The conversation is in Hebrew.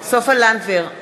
סופה לנדבר,